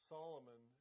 Solomon